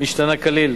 משתנה כליל.